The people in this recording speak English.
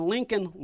Lincoln